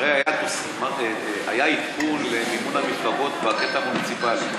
הרי היה עדכון למימון המפלגות בקטע המוניציפלי.